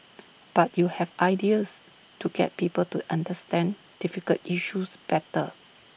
but you have ideas to get people to understand difficult issues better